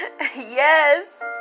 Yes